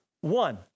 one